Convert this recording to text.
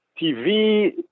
TV